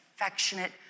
affectionate